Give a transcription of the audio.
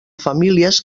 famílies